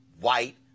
white